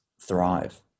thrive